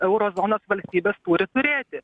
euro zonos valstybės turi turėti